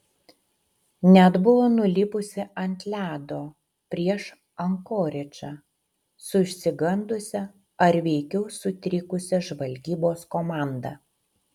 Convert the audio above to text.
net buvo nulipusi ant ledo prieš ankoridžą su išsigandusia ar veikiau sutrikusia žvalgybos komanda